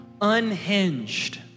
unhinged